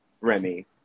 Remy